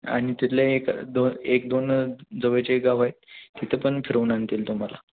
आणि तिथले एक दो एक दोन जवळचे गाव आहे तिथे पण फिरवून आणतील तुम्हाला